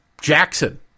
Jackson